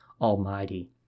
Almighty